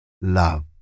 love